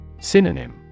Synonym